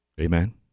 amen